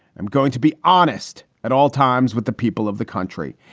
i'm going to be honest at all times with the people of the country,